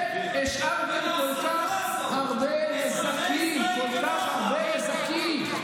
והשארתם כל כך הרבה נזקים, כל כך הרבה נזקים.